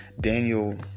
Daniel